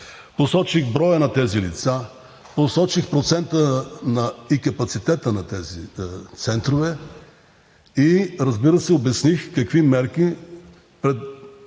Посочих броя на тези лица, посочих процента и капацитета на тези центрове и, разбира се, обясних какви мерки ще предприемем,